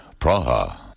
Praha